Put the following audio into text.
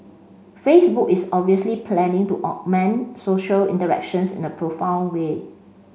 Facebook is obviously planning to augment social interactions in a profound way